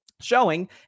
showing